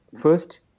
first